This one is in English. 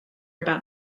about